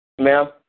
Ma'am